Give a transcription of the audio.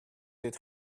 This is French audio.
êtes